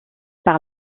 par